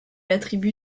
attribue